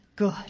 good